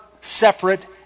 separate